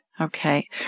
Okay